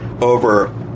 over